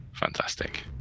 fantastic